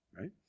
right